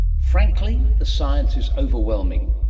frankly, the science is overwhelming.